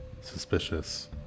suspicious